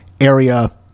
area